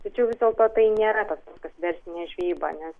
tačiau vis dėlto tai nėra tas kas verslinė žvejyba nes